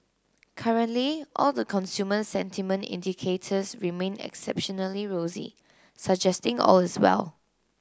currently all the consumer sentiment indicators remain exceptionally rosy suggesting all is well